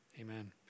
Amen